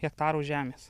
hektarų žemės